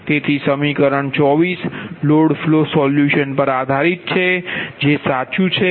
તેથી સમીકરણ 24 load flow solution પર આધારિત છે જે સાચું છે